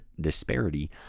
disparity